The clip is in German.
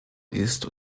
ist